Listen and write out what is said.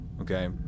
Okay